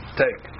take